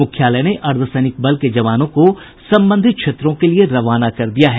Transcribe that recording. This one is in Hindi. मुख्यालय ने अर्द्दसैनिक बल के जवानों को संबंधित क्षेत्रों के लिए रवाना कर दिया है